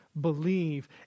believe